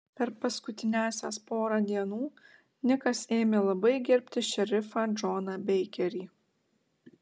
per paskutiniąsias porą dienų nikas ėmė labai gerbti šerifą džoną beikerį